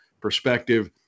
perspective